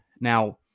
Now